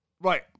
Right